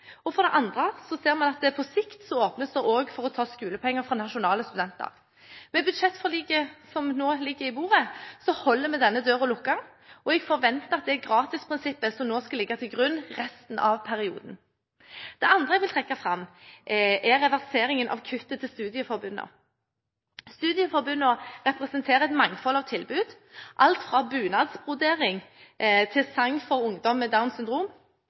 og for det andre ser vi at på sikt åpnes det også for å ta skolepenger fra nasjonale studenter. Med budsjettforliket som nå ligger på bordet, holder vi denne døren lukket, og jeg forventer at det er gratisprinsippet som nå ligger til grunn resten av perioden. Det andre jeg vil trekke fram, er reverseringen av kuttet til studieforbundene. Studieforbundene representerer et mangfold av tilbud – alt fra bunadsbrodering til sang for ungdom med Downs syndrom.